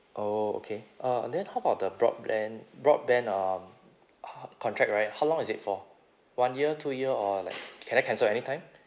oh okay uh and then how about the broadband broadband uh contract right how long is it for one year two year or like can I cancel anytime